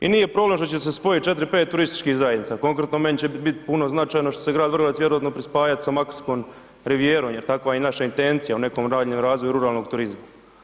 I nije problem što će se spojit 4, 5 turističkih zajednica konkretno meni će biti puno značajno što će se grad Vrgorac vjerojatno prispajat s Makarskom rivijerom jer takva je i naša intencija u nekom daljnjem razvoju ruralnog turizma.